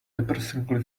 depressingly